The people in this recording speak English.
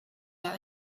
that